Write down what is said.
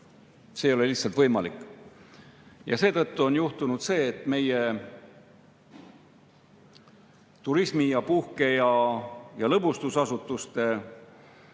See ei ole lihtsalt võimalik. Ja seetõttu on juhtunud see, et meie turismi‑, puhke‑ ja lõbustusasutuste